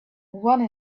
one